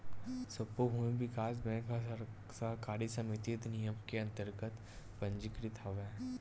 सब्बो भूमि बिकास बेंक ह सहकारी समिति अधिनियम के अंतरगत पंजीकृत हवय